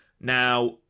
Now